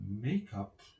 makeup